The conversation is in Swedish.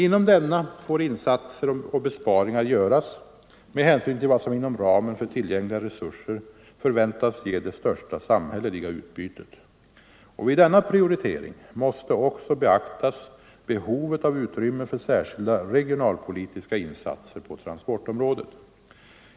Inom denna får insatser och besparingar göras med hänsyn till vad som inom ramen för tillgängliga resurser förväntas ge det största samhälleliga utbytet. Och vid denna prioritering måste också beaktas behovet av utrymme för särskilda regionalpolitiska insatser på transportområdet.